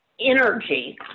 energy